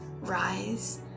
rise